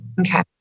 Okay